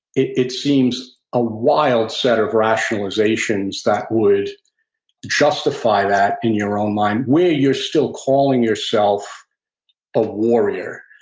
it it seems a wild set of rationalizations that would justify that in your on mind, where you're still calling yourself a warrior,